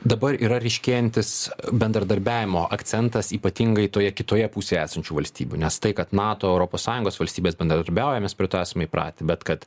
dabar ryškėjantis bendradarbiavimo akcentas ypatingai toje kitoje pusėje esančių valstybių nes tai kad nato ir europos sąjungos valstybės bendradarbiauja mes prie to esam įpratę bet kad